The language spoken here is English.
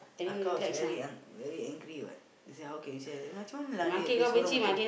Aka was very an~ very angry what he say how can you say like that macam la dia seorang macam